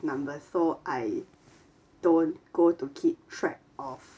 number so I don't go to keep track of